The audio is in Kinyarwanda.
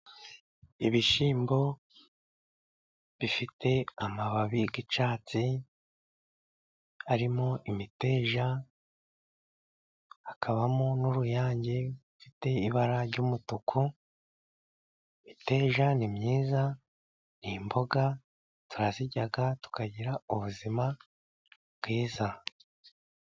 Ibishyimbo bifite amababi y'icyatsi arimo imiteja, hakabamo n'uruyange rufite ibara ry'umutuku, imiteja ni myiza ni imboga turazirya tukagira ubuzima bwiza.